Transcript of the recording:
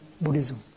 Buddhism